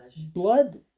blood